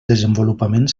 desenvolupament